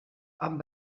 amb